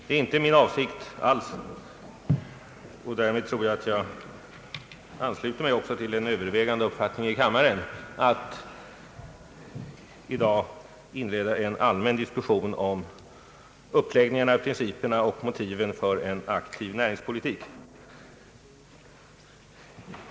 Det är inte min avsikt — och därmed tror jag att jag också ansluter mig till en uppfattning som delas av det övervägande antalet ledamöter i kammaren — att i dag inleda en allmän diskussion om uppläggningen, principerna och motiven för en aktiv näringspolitik.